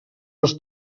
els